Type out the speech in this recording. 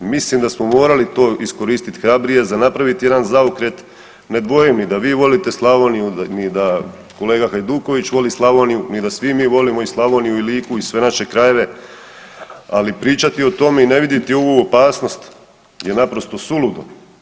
Mislim da smo morali to iskoristiti hrabrije, za napraviti jedan zaokret, ne dvojim ni da vi volite Slavoniju ni da kolega Hajduković voli Slavoniju ni da svi mi volimo i Slavoniju i Liku i sve naše krajeve, ali pričati o tome ne viditi ovu opasnost je naprosto suludo.